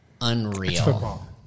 unreal